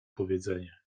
powiedzenie